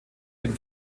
den